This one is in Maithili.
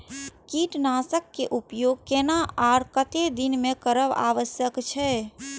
कीटनाशक के उपयोग केना आर कतेक दिन में करब आवश्यक छै?